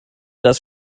das